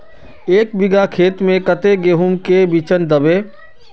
एक बिगहा खेत में कते गेहूम के बिचन दबे?